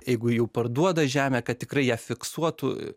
jeigu jau parduoda žemę kad tikrai ją fiksuotų